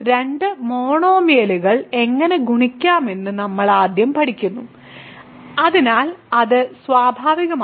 രണ്ട് മോണോമിയലുകൾ എങ്ങനെ ഗുണിക്കാമെന്ന് നമ്മൾ ആദ്യം പഠിക്കുന്നു അതിനാൽ അത് സ്വാഭാവികമാണ്